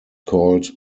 called